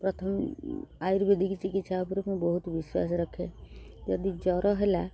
ପ୍ରଥମେ ଆୟୁର୍ବେଦିକ ଚିକିତ୍ସା ଉପରେ ମୁଁ ବହୁତ ବିଶ୍ୱାସ ରଖେ ଯଦି ଜ୍ୱର ହେଲା